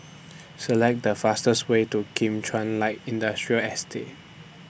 Select The fastest Way to Kim Chuan Light Industrial Estate